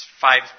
five